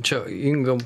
čia inga